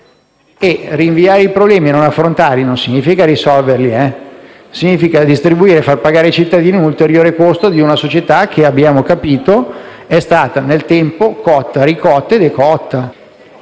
Rinviare i problemi e non affrontarli non significa risolverli; significa distribuire e far pagare ai cittadini un ulteriore costo di una società che - lo abbiamo capito - nel tempo è stata cotta, ricotta e decotta,